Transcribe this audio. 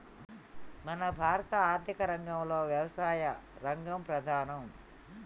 మన భారత ఆర్థిక రంగంలో యవసాయ రంగం ప్రధానం